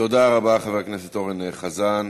תודה רבה, חבר הכנסת אורן חזן.